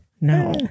No